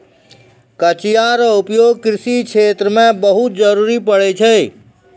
कचिया रो उपयोग कृषि क्षेत्र मे बहुत जरुरी पड़ै छै